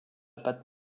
pâte